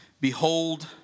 behold